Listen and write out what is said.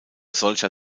solcher